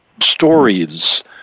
stories